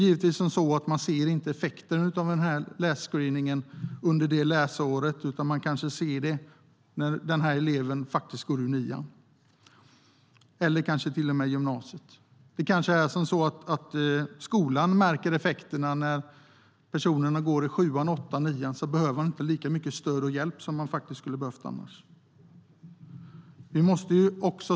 Givetvis ser man inte effekten av lässcreeningen under det läsåret utan kanske först när eleven går ut nian eller till och med gymnasiet. Skolan kanske märker effekterna när personerna går i sjuan, åttan och nian och inte behöver lika mycket stöd och hjälp som de annars hade behövt.